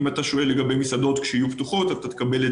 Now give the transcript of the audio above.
או אם אתה שואל לגבי מסעדות פתוחות, תוכל לקבל את